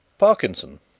parkinson,